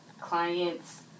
clients